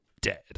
dead